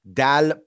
dal